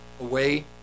away